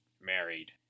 married